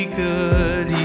good